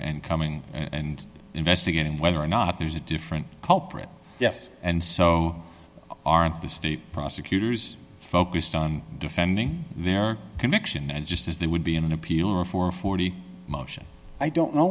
and coming and investigating whether or not there's a different culprit yes and so aren't the steep prosecutors focused on defending their conviction and just as they would be in an appeal for forty motion i don't know